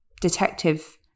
detective